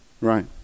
Right